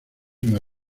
una